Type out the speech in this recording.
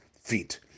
feet